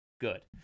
Good